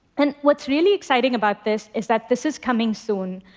and what's really exciting about this is that this is coming soon.